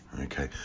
Okay